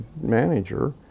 manager